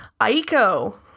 Aiko